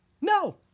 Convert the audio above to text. No